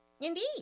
Indeed